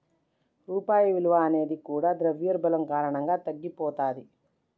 రూపాయి విలువ అనేది కూడా ద్రవ్యోల్బణం కారణంగా తగ్గిపోతది